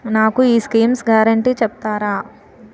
నాకు ఈ schemes guarantee చెప్తారా?